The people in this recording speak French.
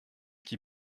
qui